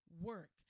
work